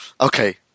Okay